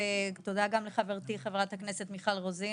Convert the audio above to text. ותודה גם לחברתי חברת הכנסת מיכל רוזין